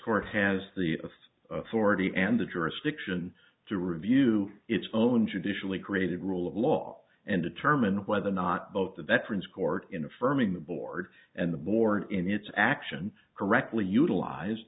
court has the authority and the jurisdiction to review its own judicially created rule of law and determine whether or not both the veterans court in affirming the board and the board in its action correctly utilize